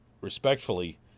respectfully